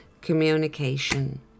Communication